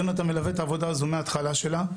יונתן מלווה את העבודה הזו מההתחלה שלה.